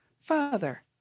Father